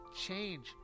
change